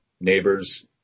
neighbors